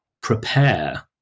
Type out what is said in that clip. prepare